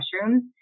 mushrooms